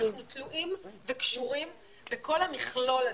אנחנו תלויים וקשורים בכל המכלול הזה.